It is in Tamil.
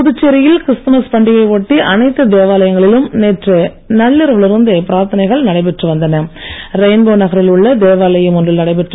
புதுச்சேரியில் கிறிஸ்துமஸ் பண்டிகையை ஒட்டி அனைத்து தேவாலயங்களிலும் நேற்று நள்ளிரவில் இருந்தே பிரார்த்தனைகள் ரெயின்போ நகரில் உள்ள தேவாலயம் ஒன்றில் நடைபெற்றன